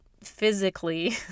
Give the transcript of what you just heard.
physically